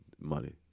money